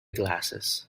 glasses